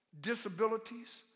disabilities